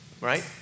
right